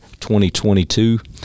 2022